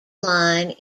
line